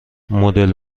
مدل